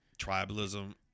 Tribalism